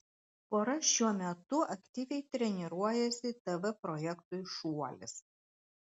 pora šiuo metu aktyviai treniruojasi tv projektui šuolis